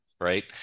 right